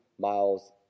miles